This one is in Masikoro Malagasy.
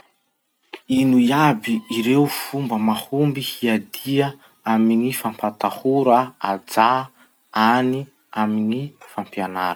Ino iaby ireo fomba mahomby hiadia amin'ny fampitahora ajà any amin'ny fampianara?